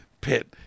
Pit